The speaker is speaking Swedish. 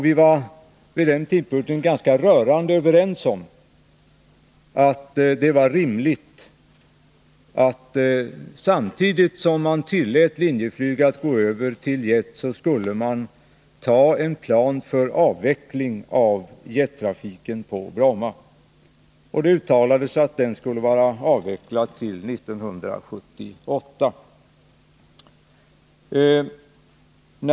Vi var vid den tidpunkten ganska rörande överens om att det var rimligt att Linjeflyg samtidigt som det tilläts gå över till jet skulle anta en plan för avveckling av jettrafiken på Bromma. Det uttalades att denna trafik skulle vara avvecklad till 1978.